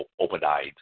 open-eyed